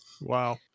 Wow